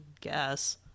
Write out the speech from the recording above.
guess